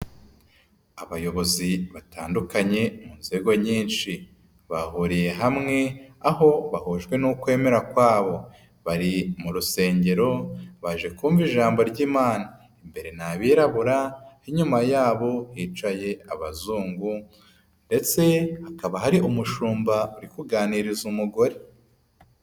Abayobozi batandukanye mu nzego nyinshi, bahuriye hamwe, aho bahujwe n'ukwemera kwabo, bari mu rusengero baje kumva ijambo ry'imana, imbere ni abirabura, inyuma yabo hicaye abazungu ndetse hakaba hari umushumba uri kuganiriza umugore.